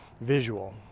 visual